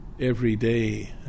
Everyday